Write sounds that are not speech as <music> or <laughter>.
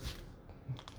<noise>